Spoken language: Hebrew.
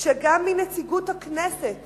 שגם בנציגוּת הכנסת